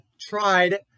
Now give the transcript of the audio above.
tried